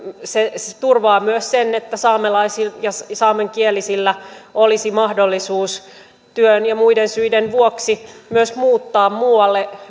se se turvaa myös sen että saamelaisilla ja saamenkielisillä olisi mahdollisuus työn ja muiden syiden vuoksi myös muuttaa muualle